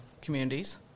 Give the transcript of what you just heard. communities